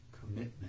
Commitment